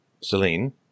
Celine